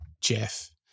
Jeff